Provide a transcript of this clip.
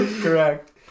correct